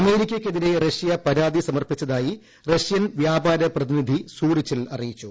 അമേരിക്കക്കെതിരെ Russia പരാതി സമർപ്പിച്ചതായി Russian വ്യാപര പ്രതിനിധി സൂറിച്ചിൽ അറിയിച്ചു